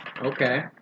Okay